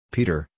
Peter